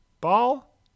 ball